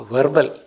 Verbal